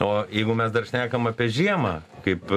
o jeigu mes dar šnekam apie žiemą kaip